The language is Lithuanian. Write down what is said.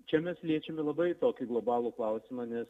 čia mes liečiame labai tokį globalų klausimą nes